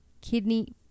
kidney